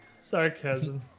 sarcasm